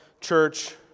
church